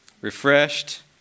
Refreshed